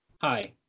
Hi